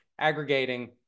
aggregating